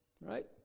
right